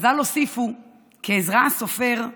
חז"ל הוסיפו כי עזרא הסופר,